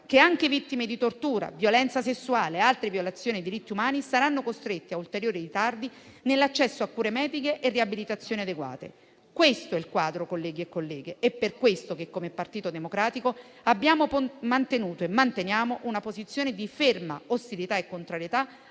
che anche vittime di tortura, violenza sessuale e altre violazioni dei diritti umani saranno costrette a ulteriori ritardi nell'accesso a cure mediche e riabilitazioni adeguate. Questo è il quadro, colleghi e colleghe, ed è per questo che come Partito Democratico abbiamo avuto e manteniamo una posizione di ferma ostilità e contrarietà